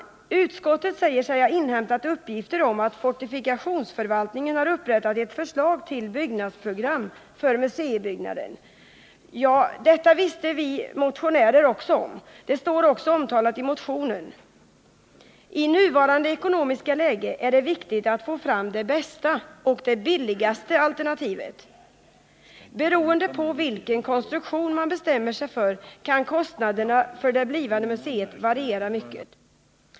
Utskottet säger sig ha inhämtat uppgifter om att fortifikationsförvaltningen har upprättat ett förslag till byggnadsprogram för museibyggnaden. Ja, detta vet vi motionärer också om. Det står också omtalat i motionen. I nuvarande ekonomiska läge är det viktigt att få fram det bästa och billigaste alternativet. Beroende på vilken konstruktion man bestämmer sig för kan kostnaderna för det blivande museet variera mycket.